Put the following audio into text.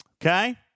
Okay